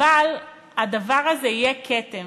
אבל הדבר הזה יהיה כתם,